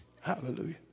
Hallelujah